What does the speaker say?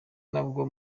nabwo